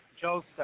Joseph